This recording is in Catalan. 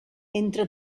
entre